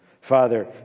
Father